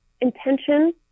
intention